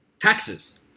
Taxes